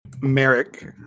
Merrick